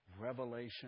revelation